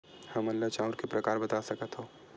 हमन ला चांउर के प्रकार बता सकत हव?